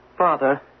Father